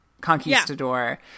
conquistador